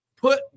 put